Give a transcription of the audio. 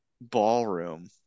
ballroom